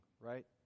right